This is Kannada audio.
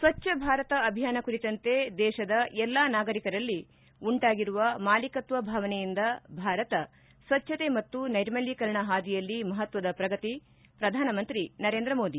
ಸ್ವಜ್ವ ಭಾರತ ಅಭಿಯಾನ ಕುರಿತಂತೆ ದೇಶದ ಎಲ್ಲ ನಾಗರಿಕರಲ್ಲಿ ಉಂಟಾಗಿರುವ ಮಾಲೀಕತ್ವ ಭಾವನೆಯಿಂದ ಭಾರತ ಸ್ವಚ್ಣತೆ ಮತ್ತು ನೈರ್ಮಲೀಕರಣ ಹಾದಿಯಲ್ಲಿ ಮಹತ್ವದ ಪ್ರಗತಿ ಪ್ರಧಾನಮಂತ್ರಿ ನರೇಂದ್ರ ಮೋದಿ